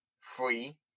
free